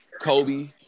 Kobe